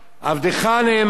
עבדך הנאמן,